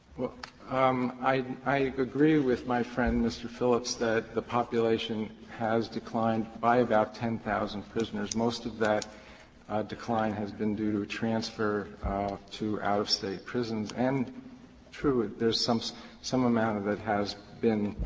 um i i agree with my friend mr. phillips that the population has declined by about ten thousand prisoners. most of that decline has been due to transfer to out-of-state prisons, and true, there is so some amount of it has been